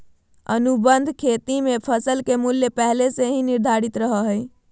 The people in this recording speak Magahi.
अनुबंध खेती मे फसल के मूल्य पहले से ही निर्धारित रहो हय